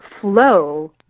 flow